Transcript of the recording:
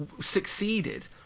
succeeded